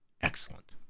excellent